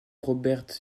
robert